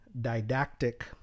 didactic